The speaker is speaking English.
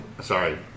Sorry